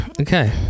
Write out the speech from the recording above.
okay